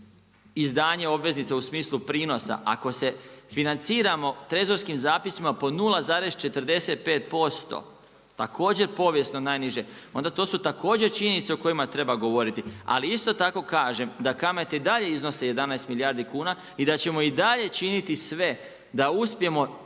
izdanje obveznica u smislu prinosa, ako se financiramo trezorskim zapisima po 0,45% također povijesno najniže, onda to su također činjenice o kojima treba govoriti. Ali isto tako kažem da kamate i dalje iznose 11 milijardi kuna i da ćemo i dalje činiti sve da uspijemo